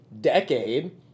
decade